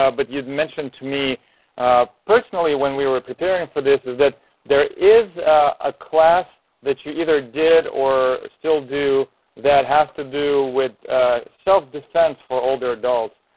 ah but you'd mentioned to me personally when we were preparing and for this. is that there is a class that you either did or still do that has to do with self-defense for older adults.